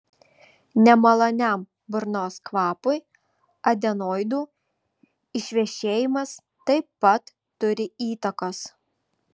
nemaloniam burnos kvapui adenoidų išvešėjimas taip pat turi įtakos